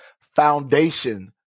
foundation